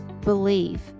believe